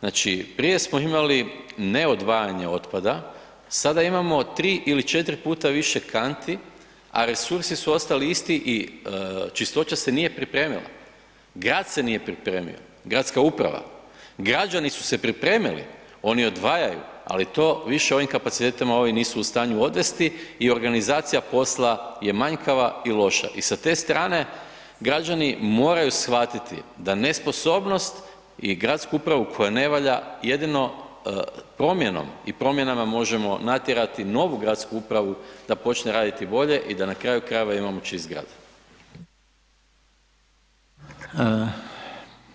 znači prije smo imali ne odvajanje otpada, sada imamo 3 ili 4 puta više kanti, a resursi su ostali isti i Čistoća se nije pripremila, grad se nije pripremio, gradska uprava, građani su se pripremili, oni odvajaju, ali to više u ovim kapacitetima ovi nisu u stanju odvesti i organizacija posla je manjkava i loša i sa te strane građani moraju shvatiti da nesposobnost i gradsku upravu koja ne valja jedino promjenom i promjenama možemo natjerati novu gradsku upravu da počne raditi bolje i da na kraju krajeva imamo čist grad.